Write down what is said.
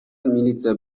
милиция